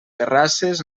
terrasses